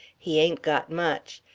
he ain't got much.